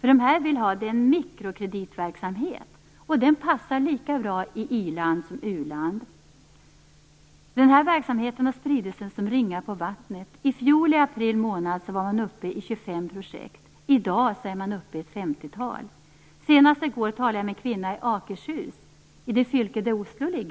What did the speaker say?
Detta är en mikrokreditverksamhet. Den passar lika bra i i-land som u-land. Den här verksamheten har spridit sig som ringar på vattnet. I april månad i fjol var man uppe i 25 projekt. I dag är man uppe i ett femtiotal. Senast i går talade jag med en kvinna i Akershus, i det fylke där Oslo ligger.